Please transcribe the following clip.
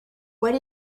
what